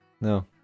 No